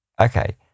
okay